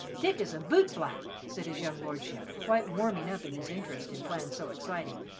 dick is a boot-black, said his young lordship, quite warming up in his interest in plans so exciting.